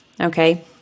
Okay